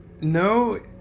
No